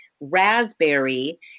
raspberry